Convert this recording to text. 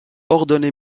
ordonné